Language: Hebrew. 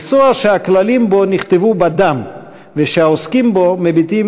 מקצוע שהכללים בו נכתבו בדם והעוסקים בו מביטים